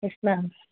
yes ma'am